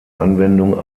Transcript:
anwendung